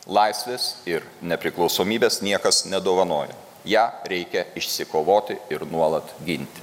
laisvės ir nepriklausomybės niekas nedovanoja ją reikia išsikovoti ir nuolat ginti